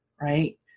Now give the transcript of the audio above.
right